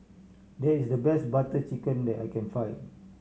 there is the best Butter Chicken that I can find